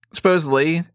Supposedly